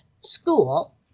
school